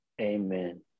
Amen